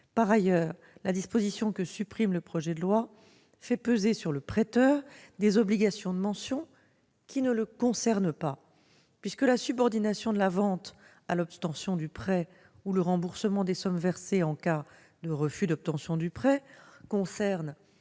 Par ailleurs, la disposition que supprime le projet de loi fait peser sur le prêteur des obligations de mention qui ne le concernent pas, puisque la subordination de la vente à l'obtention du prêt et le remboursement des sommes versées en cas de refus d'obtention du prêt concernent